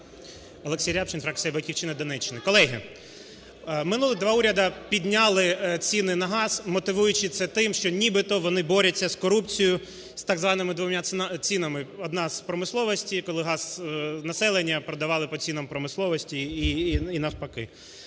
Олексій Рябчин, фракція "Батьківщина", Донеччина. Колеги, минулих два уряди підняли ціни на газ, мотивуючи це тим, що нібито вони борються з корупцією, з так званими двома цінами, одна з промисловості, коли газ населення продавали по цінам промисловості і навпаки.